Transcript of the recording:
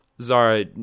Zara